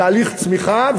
תהליך צמיחה,